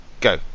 Go